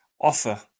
offer